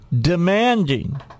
demanding